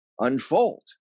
unfold